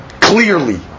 clearly